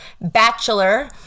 bachelor